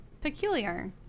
Peculiar